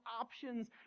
options